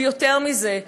ויותר מזה,